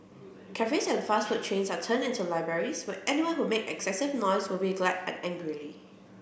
cafes and fast food chains are turned into libraries where anyone who makes excessive noise would be glared at angrily